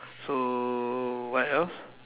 so what else